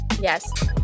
yes